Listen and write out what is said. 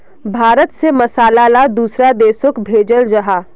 भारत से मसाला ला दुसरा देशोक भेजल जहा